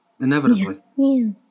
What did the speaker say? inevitably